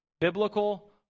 Biblical